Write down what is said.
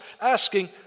asking